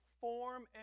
form